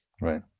Right